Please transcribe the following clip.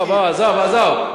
בוא, עזוב, עזוב.